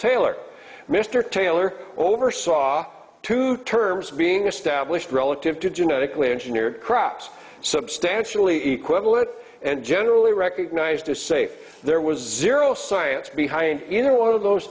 taylor mr taylor oversaw two terms being a stablished relative to genetically engineered crops substantially equivalent and generally recognized as safe there was zero science behind either one of those